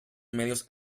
medios